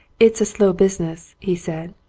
it's a slow business, he said,